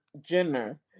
Jenner